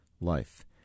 life